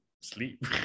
sleep